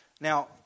Now